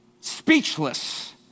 speechless